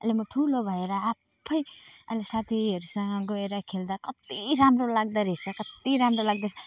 अहिले म ठुलो भएर आफै अहिले साथीहरूसँग गएर खेल्दा कति राम्रो लाग्द रहेछ कति राम्रो लाग्दैछ